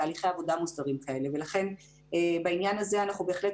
תהליכי עבודה מוסדרים כאלה ולכן בעניין הזה אנחנו בהחלט